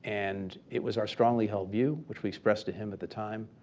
and it was our strongly held view, which we expressed to him at the time,